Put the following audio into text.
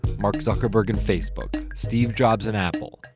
mark zuckerberg and facebook. steve jobs and apple.